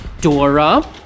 Dora